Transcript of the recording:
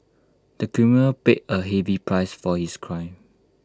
the criminal paid A heavy price for his crime